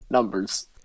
Numbers